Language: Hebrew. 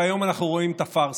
והיום אנחנו רואים את הפארסה.